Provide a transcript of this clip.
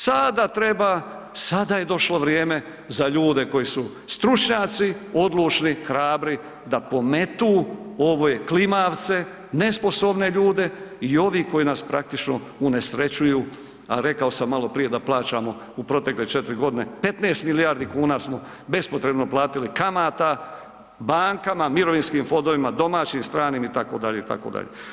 Sada je došlo vrijeme za ljude koji su stručnjaci, odlučni, hrabri da pometu ove klimavce, nesposobne ljude i ovi koji nas praktično uneserećuju, a rekao sam maloprije da plaćamo u protekle 4 godine 15 milijardi kuna smo bespotrebno platili kamata bankama, mirovinskim fondovima, domaćim i stranim itd., itd.